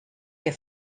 que